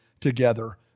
together